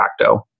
Tracto